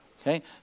okay